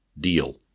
deal